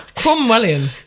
Cromwellian